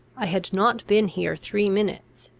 i had not been here three minutes,